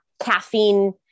caffeine